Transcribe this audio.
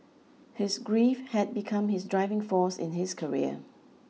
his grief had become his driving force in his career